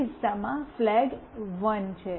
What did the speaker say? પ્રથમ કિસ્સામાં ફ્લેગ 1